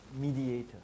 mediator